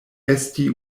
esti